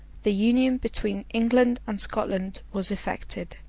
the union between england and scotland was effected,